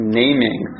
naming